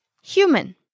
human